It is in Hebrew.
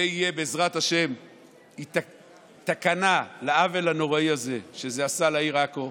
ובעזרת השם תהיה תקנה לעוול הנוראי הזה שזה עשה לעיר עכו,